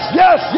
yes